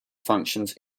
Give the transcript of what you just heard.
functions